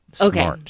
Okay